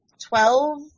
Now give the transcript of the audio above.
twelve